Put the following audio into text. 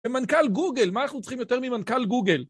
ממנכ״ל גוגל, מה אנחנו צריכים יותר ממנכ״ל גוגל?